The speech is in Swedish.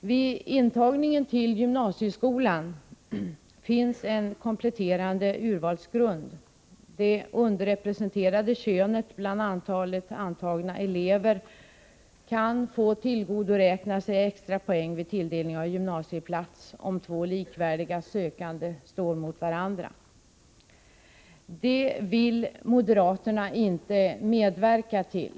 Vid intagningen till gymnasieskolan finns en kompletterande urvalsgrund. Det underrepresenterade könet bland antagna elever kan få tillgodoräkna sig extra poäng vid tilldelning av gymnasieplats, om två likvärdiga sökande står mot varandra. Detta vill moderaterna ej medverka till.